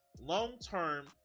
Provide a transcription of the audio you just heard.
long-term